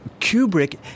Kubrick